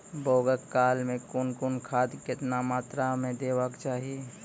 बौगक काल मे कून कून खाद केतबा मात्राम देबाक चाही?